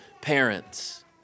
parents